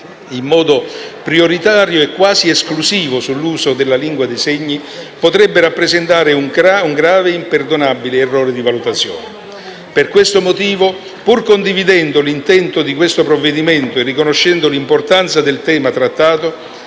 in modo prioritario e quasi esclusivo sull'uso della lingua dei segni potrebbe rappresentare un grave e imperdonabile errore di valutazione. Per questo motivo, pur condividendo l'intento di questo provvedimento e riconoscendo l'importanza del tema trattato,